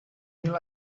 mil